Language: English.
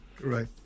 right